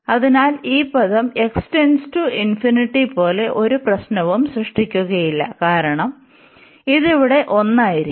അതിനാൽ ഈ പദം പോലെ ഒരു പ്രശ്നവും സൃഷ്ടിക്കുകയില്ല കാരണം ഇത് ഇവിടെ ഒന്നായിരിക്കും